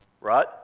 Right